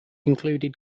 included